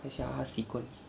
看一下他 sequence